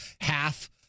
half